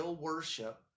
worship